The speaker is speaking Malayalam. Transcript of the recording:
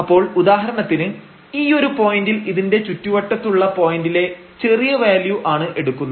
അപ്പോൾ ഉദാഹരണത്തിന് ഈ ഒരു പോയന്റിൽ ഇതിന്റെ ചുറ്റുവട്ടത്തുള്ള പോയന്റിലെ ചെറിയ വാല്യു ആണ് എടുക്കുന്നത്